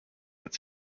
its